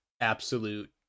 absolute